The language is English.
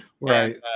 Right